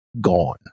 gone